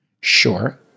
Sure